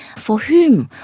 for hume,